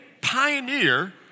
pioneer